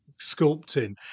sculpting